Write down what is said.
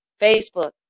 Facebook